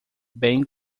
bem